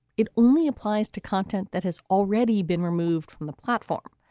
it only applies to content that has already been removed from the platform.